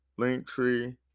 linktree